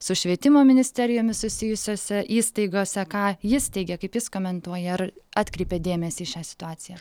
su švietimo ministerijomis susijusiose įstaigose ką jis teigia kaip jis komentuoja ar atkreipė dėmesį į šią situaciją